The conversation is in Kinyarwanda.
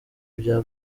bya